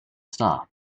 star